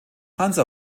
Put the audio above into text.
hansa